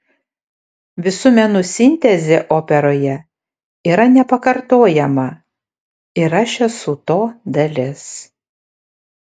visų menų sintezė operoje yra nepakartojama ir aš esu to dalis